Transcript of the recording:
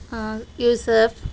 Yusuf